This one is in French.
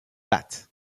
bath